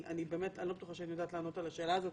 אני לא בטוחה שאני יודעת לענות על השאלה הזאת,